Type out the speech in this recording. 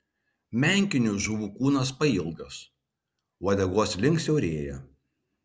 menkinių žuvų kūnas pailgas uodegos link siaurėja